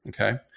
Okay